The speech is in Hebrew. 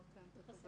כן.